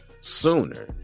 sooner